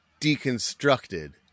Deconstructed